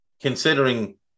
considering